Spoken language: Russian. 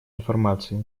информации